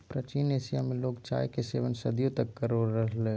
प्राचीन एशिया में लोग चाय के सेवन सदियों तक करो हलय